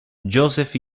josef